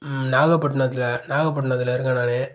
ம் நாகப்பட்னத்தில் நாகப்பட்னத்தில் இருக்கேன் நான்